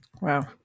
Wow